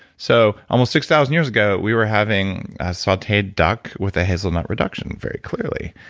so, almost six thousand years ago, we were having sauteed duck with a hazelnut reduction, very clearly